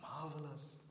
Marvelous